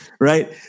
Right